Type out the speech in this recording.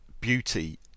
beauty